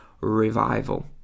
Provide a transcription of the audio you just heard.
Revival